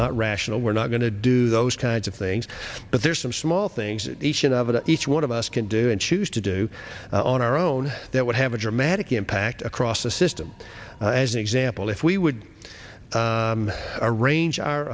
not rational we're not going to do those kinds of things but there's some small things that each one of us can do and choose to do on our own that would have a dramatic impact across the system as an example if we would arrange our